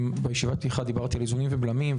אם בישיבת הפתיחה דיברתי על איוזנים ובלמים,